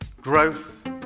growth